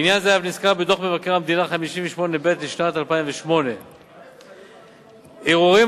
עניין זה אף נזכר בדוח מבקר המדינה 58ב לשנת 2008. ערעורים